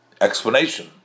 explanation